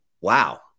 wow